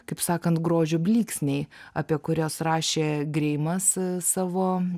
kaip sakant grožio blyksniai apie kuriuos rašė greimas savo